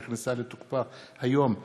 שנכנסה לתוקפה היום,